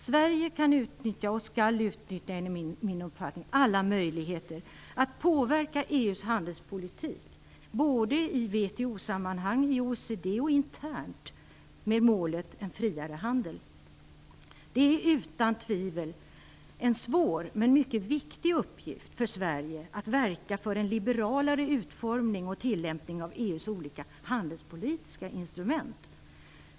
Sverige kan och skall, enligt min uppfattning, utnyttja alla möjligheter att påverka EU:s handelspolitik såväl i WTO sammanhang, som i OECD och internt med målet en friare handel. Det är utan tvivel en svår men mycket viktig uppgift för Sverige att verka för en liberalare utformning och tillämpning av EU:s olika handelspolitiska instrument.